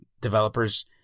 developers